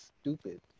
stupid